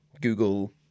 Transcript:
Google